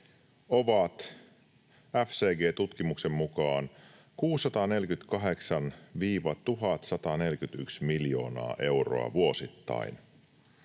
ovat FCG:n tutkimuksen mukaan 648—1 141 miljoonaa euroa vuosittain.